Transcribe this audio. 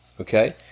Okay